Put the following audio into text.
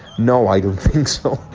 no, i don't think so.